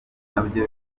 nabyo